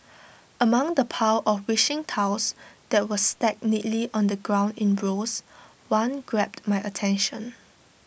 among the pile of wishing tiles that were stacked neatly on the ground in rows one grabbed my attention